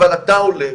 אבל אתה הולך